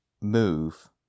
move